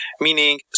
Meaning